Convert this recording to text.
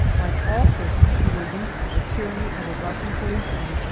like all persons who were used to the tyranny of a russian policeman,